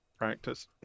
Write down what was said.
Practice